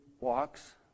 walks